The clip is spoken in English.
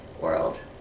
world